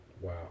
Wow